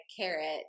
carrot